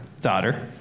Daughter